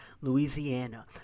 Louisiana